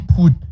put